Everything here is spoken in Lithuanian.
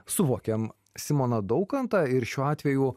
suvokiam simoną daukantą ir šiuo atveju